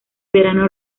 verano